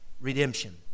redemption